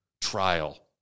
trial